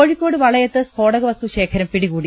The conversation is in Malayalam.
കോഴിക്കോട് വളയത്ത് സ്ഫോടകവസ്തു ശേഖരം പിടികൂടി